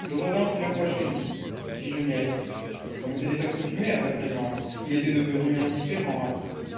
je revins plusieurs fois chez lui puis je n'y allai plus on s'était accoutumé à sa présence il était devenu indifférent à tous